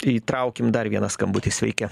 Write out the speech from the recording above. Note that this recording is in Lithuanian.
įtraukim dar vieną skambutį sveiki